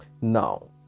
now